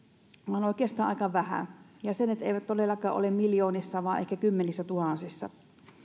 vaan oikeastaan aika vähän ja ne eivät todellakaan ole miljoonissa vaan ehkä kymmenissätuhansissa